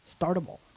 Startable